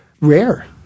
rare